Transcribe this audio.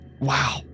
Wow